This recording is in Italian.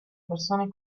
persone